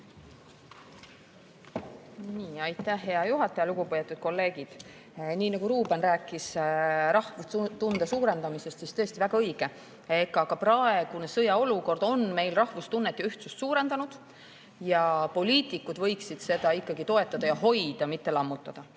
Aitäh, hea juhataja! Lugupeetud kolleegid! Ruuben rääkis rahvustunde suurendamisest ja tõesti, väga õige. Ka praegune sõjaolukord on meil rahvustunnet ja ühtsust suurendanud ning poliitikud võiksid seda ikkagi toetada ja hoida, mitte lammutada.